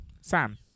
Sam